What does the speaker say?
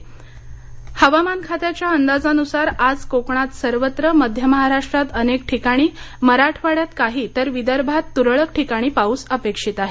हवामान हवामान खात्याच्या अंदाजान्सार आज कोकणात सर्वत्र मध्य महाराष्ट्रात अनेक ठिकाणी मराठवाड्यात काही तर विदर्भात तुरळक ठिकाणी पाऊस अपेक्षित आहे